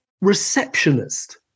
receptionist